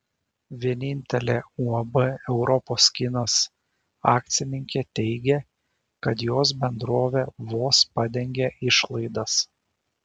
vienintelė uab europos kinas akcininkė teigia kad jos bendrovė vos padengia išlaidas